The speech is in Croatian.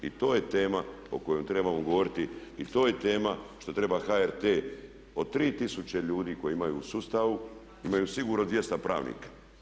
I to je tema o kojoj trebamo govoriti i to je tema što treba HRT od 3000 ljudi koje imaju u sustavu imaju sigurno 200 pravnika.